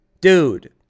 dude